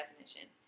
definition